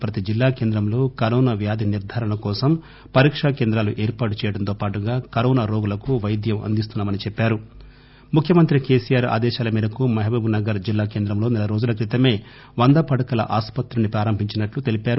ప్రతి జిల్లా కేంద్రంలో కరోనా వ్యాధి నిర్దారణ కోసం పరీక్ష కేంద్రాలు ఏర్పాటు చేయడంతో పాటుగా కరోనా రోగులకు వైద్యం అందిస్తున్నా మన్నా రు ముఖ్యమంత్రి కెసిఆర్ ఆదేశాల మేరకు మహబూబ్ నగర్ జిల్లా కేంద్రంలో సెల రోజుల క్రితమే వంద పడకల ఆసుపత్రిని ప్రారంభించినట్లు తెలిపారు